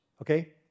okay